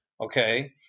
okay